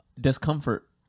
discomfort